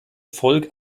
volk